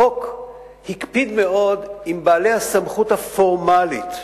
החוק הקפיד מאוד עם בעלי הסמכות הפורמלית,